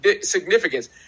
significance